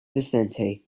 vicente